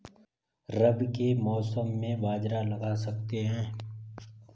रवि के मौसम में बाजरा लगा सकते हैं?